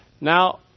Now